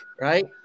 right